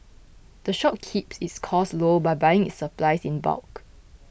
the shop keeps its costs low by buying its supplies in bulk